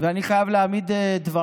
אני חייב להעמיד על דיוקם